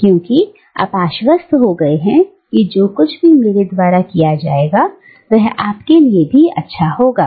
क्योंकि आप आश्वस्त हो गए हैं कि जो कुछ भी मेरे द्वारा किया जाएगा वह आपके लिए भी अच्छा होगा